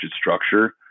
structure